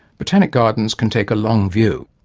botanic gardens can take a long view.